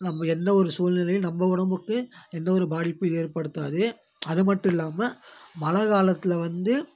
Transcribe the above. நம்ம எந்த ஒரு சூழ்நிலையிலும் நம்ம உடம்புக்கு எந்த ஒரு பாதிப்பும் ஏற்படுத்தாது அத மட்டும் இல்லாமல் மழைக் காலத்தில் வந்து